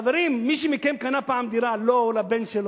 חברים, מישהו מכם קנה פעם דירה לו או לבן שלו?